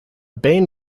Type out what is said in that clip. bain